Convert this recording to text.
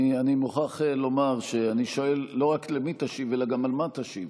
אני מוכרח לומר שאני שואל לא רק למי תשיב אלא גם על מה תשיב.